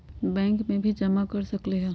Bank में भी जमा कर सकलीहल?